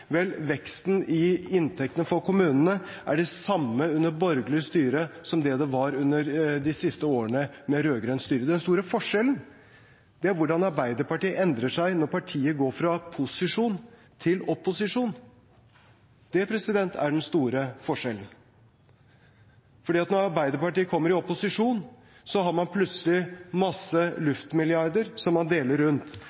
Vel, veksten i inntektene for kommunene er den samme under borgerlig styre som den var under de siste årene med rød-grønt styre. Den store forskjellen er hvordan Arbeiderpartiet endrer seg når partiet går fra posisjon til opposisjon. Det er den store forskjellen. Når Arbeiderpartiet kommer i opposisjon, har man plutselig